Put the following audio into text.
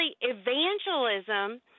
evangelism